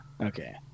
okay